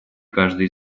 каждой